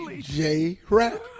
J-Rap